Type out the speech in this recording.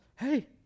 hey